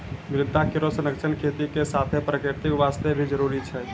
मृदा केरो संरक्षण खेती के साथें प्रकृति वास्ते भी जरूरी छै